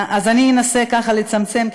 אני אנסה לצמצם.